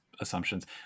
assumptions